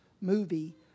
movie